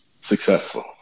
successful